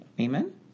Amen